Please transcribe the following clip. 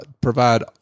provide